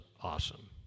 awesome